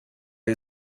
you